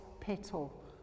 petal